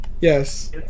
Yes